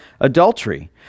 adultery